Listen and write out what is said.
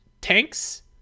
tanks